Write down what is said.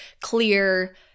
clear